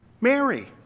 Mary